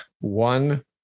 one